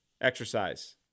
exercise